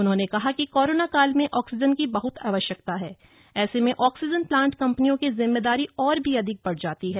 उन्होंने कहा कि कोरोना काल में ऑक्सीजन की बहत आवश्यकता है ऐसे में ऑक्सीजन प्लांट कंपनियों की जिम्मेदारी और अधिक बढ़ जाती है